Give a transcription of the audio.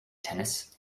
tennis